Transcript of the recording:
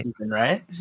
right